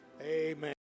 amen